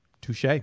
Touche